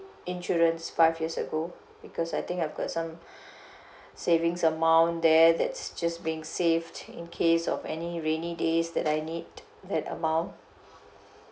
insurance five years ago because I think I've got some savings amount there that's just being saved in case of any rainy days that I need that amount